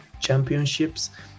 championships